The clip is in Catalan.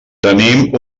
tenim